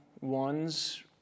ones